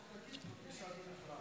מאיפה הנתון הזה?